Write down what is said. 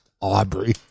Aubrey